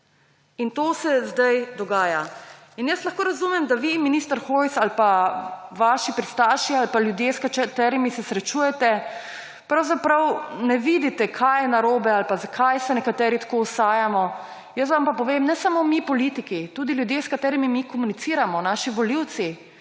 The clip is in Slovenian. in to se zdaj dogaja. In jaz lahko razumem, da vi, minister Hojs, ali pa vaši pristaši, ali pa ljudje, s katerimi se srečujete, pravzaprav ne vidite, kaj je narobe ali pa zakaj se nekateri tako vsajamo. Jaz vam pa povem, ne samo mi politiki, tudi ljudje, s katerimi mi komuniciramo, naši volivci,